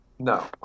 No